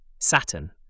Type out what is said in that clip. Saturn